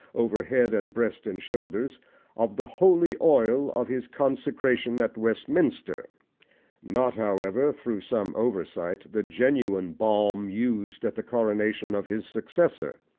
over head and breast and shoulders of the holy oil of his consecration at westminster not, however, through some oversight, the genuine balm used at the coronation of his successor,